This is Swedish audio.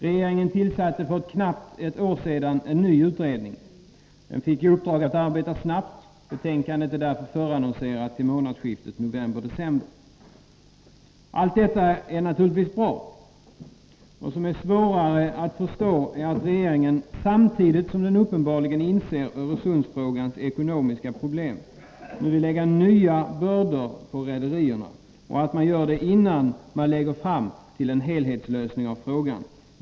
Regeringen tillsatte för knappt ett år sedan en ny utredning. Den fick i uppdrag att arbeta snabbt. Betänkandet är därför förannonserat till månadsskiftet november-december. Allt detta är naturligtvis bra. Vad som är svårare att förstå är att regeringen nu, samtidigt som den uppenbarligen inser de ekonomiska problem som är förknippade med Öresundsfrågan, vill lägga nya bördor på rederierna och att man gör det innan man lägger fram en helhetslösning av problemet.